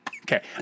Okay